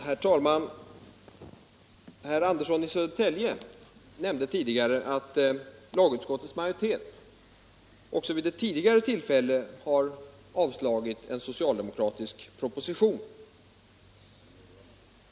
Herr talman! Herr Andersson i Södertälje nämnde förut att lagutskottets majoritet också vid ett tidigare tillfälle har avstyrkt en socialdemokratisk proposition.